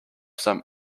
some